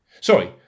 Sorry